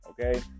Okay